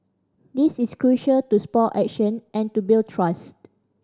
this is crucial to spur action and to build trust